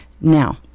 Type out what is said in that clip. Now